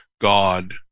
God